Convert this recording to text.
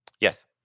Yes